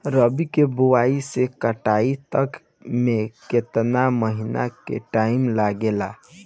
रबी के बोआइ से कटाई तक मे केतना महिना के टाइम लागेला?